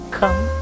come